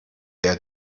der